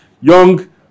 young